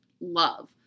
love